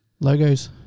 Logos